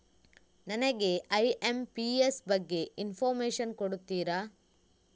ನನಗೆ ಐ.ಎಂ.ಪಿ.ಎಸ್ ಬಗ್ಗೆ ಇನ್ಫೋರ್ಮೇಷನ್ ಕೊಡುತ್ತೀರಾ?